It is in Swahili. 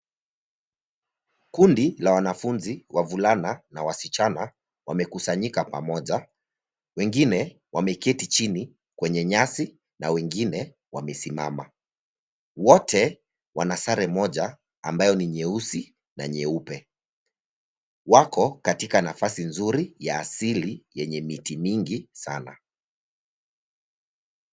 Kundi la wanafunzi wavulana na wasichana wamekusanyika pamoja. Wengine wameketi chini kwenye nyasi na wengine wamesimama. Wote wana sare moja ambayo ni nyeusi na nyeupe. Wako katika nafasi nzuri ya asili yenye miti mingi sana.